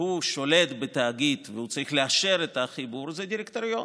ושולט בתאגיד וצריך לאשר את החיבור זה הדירקטוריון,